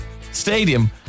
stadium